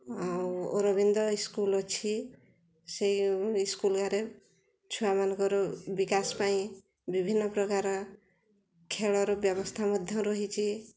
ଆଉ ଅରବିନ୍ଦ ସ୍କୁଲ୍ ଅଛି ସେହି ସ୍କୁଲ୍ରେ ଛୁଆମାନଙ୍କର ବିକାଶ ପାଇଁ ବିଭିନ୍ନପ୍ରକାର ଖେଳର ବ୍ୟବସ୍ଥା ମଧ୍ୟ ରହିଛି